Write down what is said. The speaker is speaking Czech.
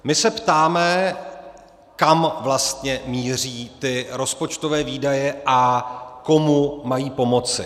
My se ptáme, kam vlastně míří ty rozpočtové výdaje a komu mají pomoci.